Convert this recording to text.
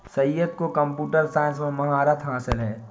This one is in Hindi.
सैयद को कंप्यूटर साइंस में महारत हासिल है